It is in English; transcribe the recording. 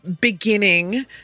beginning